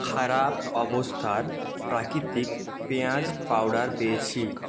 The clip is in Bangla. খারাপ অবস্থার প্রাকৃতিক পেঁয়াজ পাউডার পেয়েছি